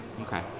Okay